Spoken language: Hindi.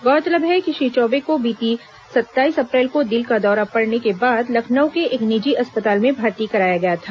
गौरतलब है कि श्री चौबे को बीती सत्ताईस अप्रैल को दिल का दौरा पड़ने के बाद लखनऊ के एक निजी अस्पताल में भर्ती कराया गया था